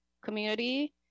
community